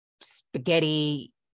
spaghetti